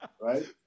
right